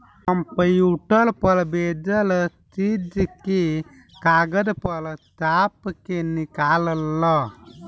computer पर भेजल चीज के कागज पर छाप के निकाल ल